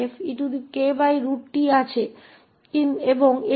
तो हमारे पास 1 − erf kt है